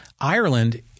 Ireland